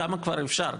כמה כבר אפשר.